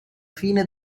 fine